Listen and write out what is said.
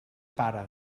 pare